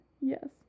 Yes